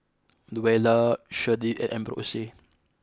Luella Shirlie and Ambrose